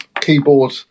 keyboard